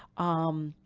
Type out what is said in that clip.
um,